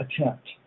attempt